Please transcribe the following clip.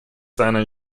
seiner